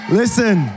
listen